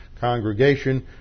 congregation